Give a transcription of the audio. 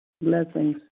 Blessings